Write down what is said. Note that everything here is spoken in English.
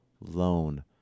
loan